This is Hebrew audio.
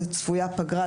וצפויה פגרה,